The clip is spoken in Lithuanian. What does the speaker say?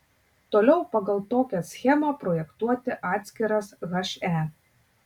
toliau pagal tokią schemą projektuoti atskiras he